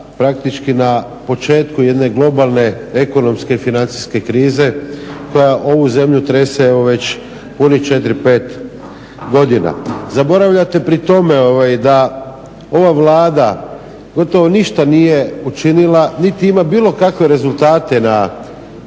na početku jedne globalne ekonomske i financijske krize koja ovu zemlju trese evo već punih 4, 5 godina. Zaboravljate pri tome da ova Vlada gotovo ništa nije učinila niti ima bilo kakve rezultate na